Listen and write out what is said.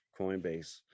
Coinbase